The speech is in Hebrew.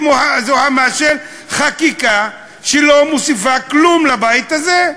זוהמה של חקיקה שלא מוסיפה כלום לבית הזה.